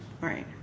Right